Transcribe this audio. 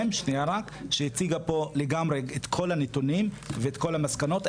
שהציגה פה לגמרי את כל הנתונים ואת כל המסקנות.